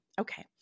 Okay